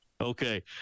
Okay